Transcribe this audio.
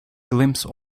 glimpse